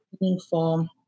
meaningful